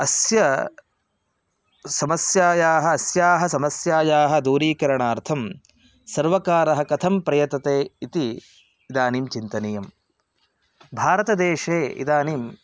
अस्य समस्यायाः अस्याः समस्यायाः दूरीकरणार्थं सर्वकारः कथं प्रयतते इति इदानीं चिन्तनीयं भारतदेशे इदानीम्